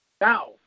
now